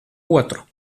otru